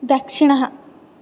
दक्षिणः